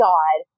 God